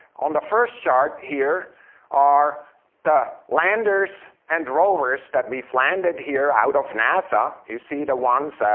on the first chart here are the landers and rovers that we've landed here out of nasa. you see the ones,